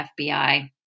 FBI